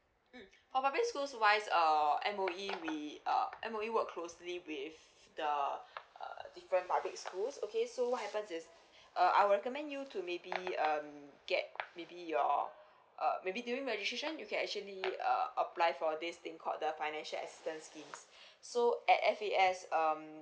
mm for public schools wise err M_O_E we uh M_O_E work closely with the uh different public schools okay so what happens is uh I'll recommend you to maybe um get maybe your uh maybe during registration you can actually uh apply for this thing called the financial assistance scheme so at F_A_S um